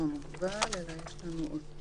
"להורות